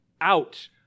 out